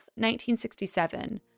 1967